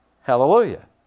Hallelujah